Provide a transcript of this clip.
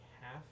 half